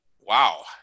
wow